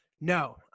No